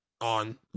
on